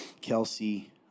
Kelsey